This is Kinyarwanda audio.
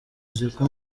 uziko